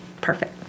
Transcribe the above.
perfect